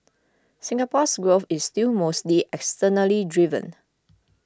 Singapore's growth is still mostly externally driven